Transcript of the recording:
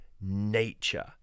nature